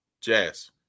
Jazz